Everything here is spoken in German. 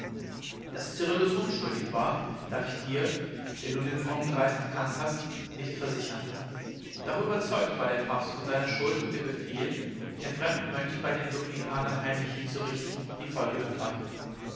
daß cyrillus unschuldig war darf ich dir der du den frommen greis gekannt hast nicht versichern doch überzeugt war der papst von seiner schuld und der befehl den fremden mönch bei den dominikanern heimlich hinzurichten die folge davon